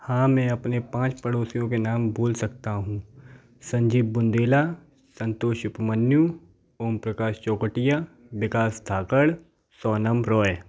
हाँ मैं अपने पाँच पड़ोसियों के नाम बोल सकता हूँ संजीव बुंदेला संतोष उपमन्यु ओम प्रकाश चौकटिया बिकास धाकड़ सोनम रॉय